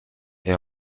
est